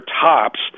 tops